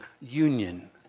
union